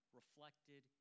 reflected